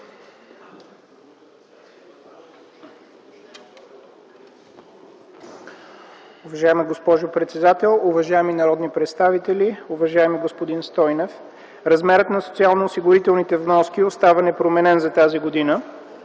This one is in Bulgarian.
Уважаема госпожо председател, уважаеми народни представители! Уважаеми господин Стойнев, размерът на социалноосигурителните вноски остава непроменен за тази година.